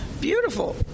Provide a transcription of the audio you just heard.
Beautiful